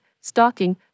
stalking